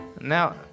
Now